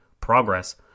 progress